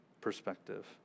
perspective